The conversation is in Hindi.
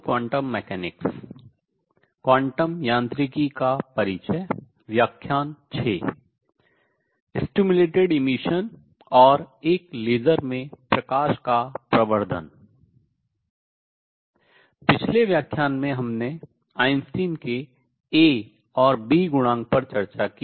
पिछले व्याख्यान में हमने आइंस्टीन के A और B गुणांक पर चर्चा की